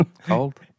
cold